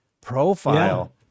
profile